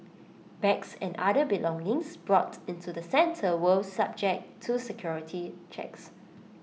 bags and other belongings brought into the centre will subject to security checks